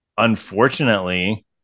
Unfortunately